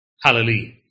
Hallelujah